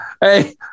hey